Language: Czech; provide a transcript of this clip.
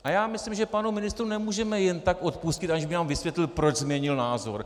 A já myslím, že panu ministrovi nemůžeme jen tak odpustit, aniž by nám vysvětlil, proč změnil názor.